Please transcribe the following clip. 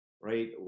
right